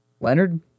Leonard